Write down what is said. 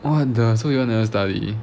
what the so you all never study